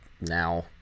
Now